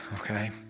okay